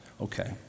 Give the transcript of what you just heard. okay